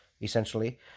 essentially